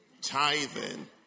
tithing